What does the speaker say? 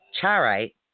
Charite